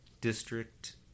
district